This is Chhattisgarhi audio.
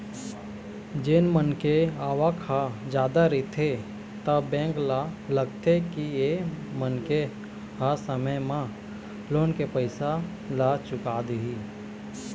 जेन मनखे के आवक ह जादा रहिथे त बेंक ल लागथे के ए मनखे ह समे म लोन के पइसा ल चुका देही